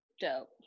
dope